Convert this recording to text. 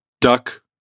Duck